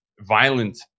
violent